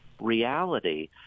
reality